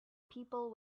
people